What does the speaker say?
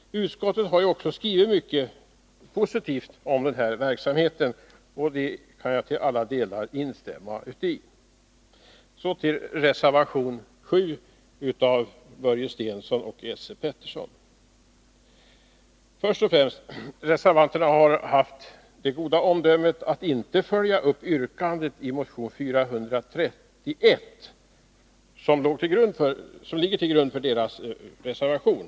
Utskottet har också skrivit mycket positivt om den här verksamheten, och det kan jag till alla delar instämma i. Först och främst vill jag säga att reservanterna har haft det goda omdömet att inte följa upp yrkandet i motion 431, som ligger till grund för deras reservation.